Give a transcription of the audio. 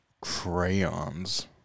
crayons